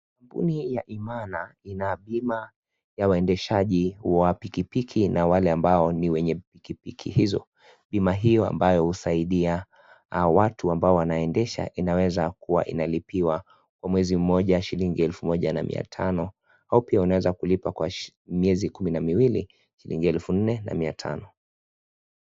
Kampuni ya imana ina bima ya waendeshaji wa pikipiki na wale ambao ni wenye pikipiki hizo. bima hiyo ambayo husaidia hao watu ambao wanaendesha, inaweza kuwa inalipiwa kwa mwezi mmoja shilingi elfu moja na mia tano au pia unaweza kulipa kwa miezi kumi na miwili, shilingi elfu nne na mia tano.